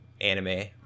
anime